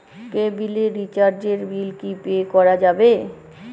কেবিলের রিচার্জের বিল কি পে করা যাবে?